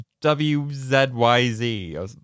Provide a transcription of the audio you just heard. W-Z-Y-Z